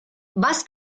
was